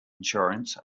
insurance